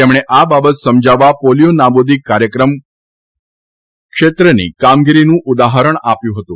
તેમણે આ બાબત સમજાવવા પોલીયો નાબૂદી કાર્યક્રર્થ ક્ષેત્રની કામગીરીનું ઉદાહરણ આપ્યું હતું